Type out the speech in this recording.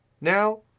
now